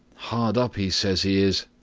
hard up, he says he is!